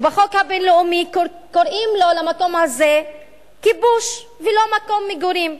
ובחוק הבין-לאומי קוראים למקום הזה "כיבוש" ולא "מקום מגורים".